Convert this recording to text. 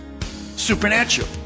Supernatural